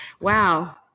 wow